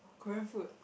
Korean food